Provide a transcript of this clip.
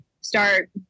start